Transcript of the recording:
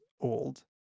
old